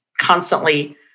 constantly